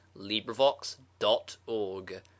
LIBRIVOX.ORG